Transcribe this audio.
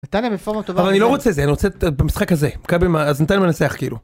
היתה להם רפורמה טובה, אבל אני לא רוצה זה אני רוצה במשחק הזה, מכבי, אז נתן להם לנצח כאילו.